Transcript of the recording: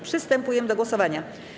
Przystępujemy do głosowania.